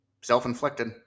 Self-inflicted